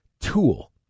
tool